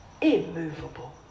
Immovable